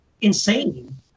insane